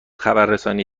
خبررسانی